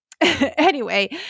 Anyway-